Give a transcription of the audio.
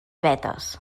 vetes